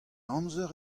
amzer